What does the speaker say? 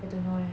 I don't know eh